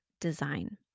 design